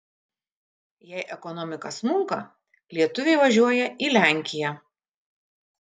jei ekonomika smunka lietuviai važiuoja į lenkiją